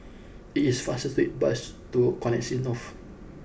it is faster to take the bus to Connexis North